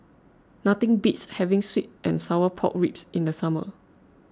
nothing beats having Sweet and Sour Pork Ribs in the summer